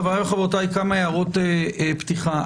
כמה הערות פתיחה.